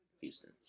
Houston